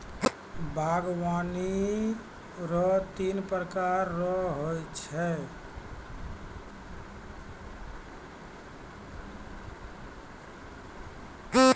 बागवानी रो तीन प्रकार रो हो छै